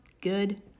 good